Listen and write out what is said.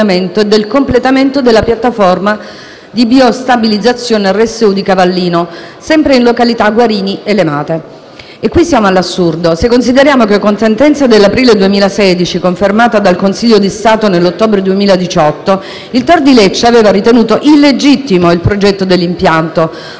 e del completamento della piattaforma di biostabilizzazione RSU di Cavallino, sempre in località Guarini e Le Mate. E qui siamo all'assurdo, se consideriamo che con sentenza dell'aprile 2016, confermata dal Consiglio di Stato nell'ottobre 2018, il TAR di Lecce aveva ritenuto illegittimo il progetto dell'impianto,